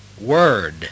word